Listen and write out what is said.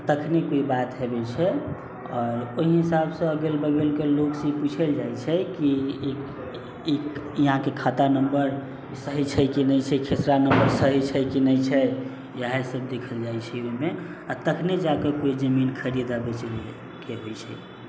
आओर तखने कोइ बात हेबै छै आओर ओही हिसाबसँ अगल बगलके लोकसँ ई पूछल जाइ छै की ई यहाँके खाता नम्बर सही छै की नहि छै खेसरा नम्बर सही छै की नहि इहै सब देखल जाइ छै ओयमे आओर तखने जाके कोइ जमीन खरीद आओर बेचैके होइ छै